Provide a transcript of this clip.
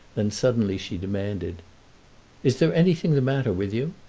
then suddenly she demanded is there anything the matter with you?